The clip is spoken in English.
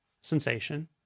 sensation